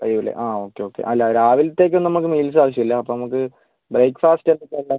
കഴിയും അല്ലേ ആ ഓക്കെ ഓക്കെ അല്ല രാവിലത്തേക്ക് നമുക്ക് മീൽസ് ആവശ്യമില്ല അപ്പോൾ നമുക്ക് ബ്രേക്ഫാസ്റ്റ് എന്തൊക്കെ ഉള്ളത്